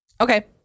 Okay